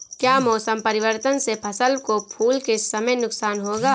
क्या मौसम परिवर्तन से फसल को फूल के समय नुकसान होगा?